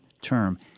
term